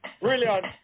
Brilliant